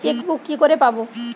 Chequebook কি করে পাবো?